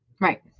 right